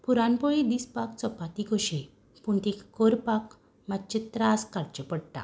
पुरण पोळी दिसपाक चपाती कशी पूण ती करपाक मातशे त्रास काडचे पडटा